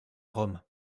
rome